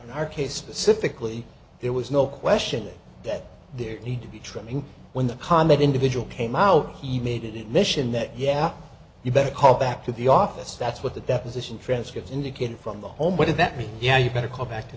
in our case specifically there was no question that there need to be trimming when the con that individual came out he made it a mission that yeah you better call back to the office that's what the deposition transcripts indicated from the home what did that mean yeah you better come back to